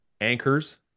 anchors